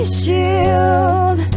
shield